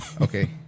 Okay